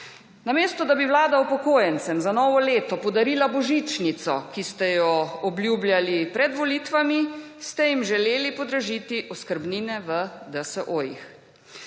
Namesto, da bi vlada upokojencem za novo leto podarila božičnico, ki ste jo obljubljali pred volitvami, ste jim želeli podražiti oskrbnine v DSO-jih.